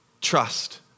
trust